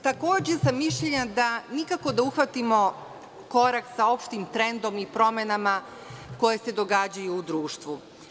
Takođe sam mišljenja da nikako da uhvatimo korak sa opštim trendom i promenama koje se događaju u društvu.